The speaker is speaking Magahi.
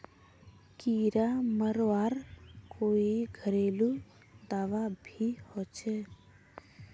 कीड़ा मरवार कोई घरेलू दाबा भी होचए?